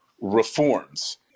reforms